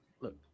Look